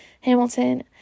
Hamilton